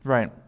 Right